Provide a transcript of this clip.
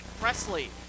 Presley